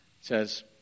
says